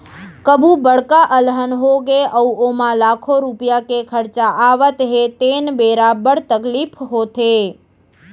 कभू बड़का अलहन होगे अउ ओमा लाखों रूपिया के खरचा आवत हे तेन बेरा बड़ तकलीफ होथे